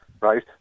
right